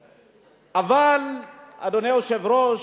אבל, אדוני היושב-ראש,